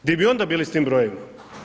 Gdje bi onda bili s tim brojevima?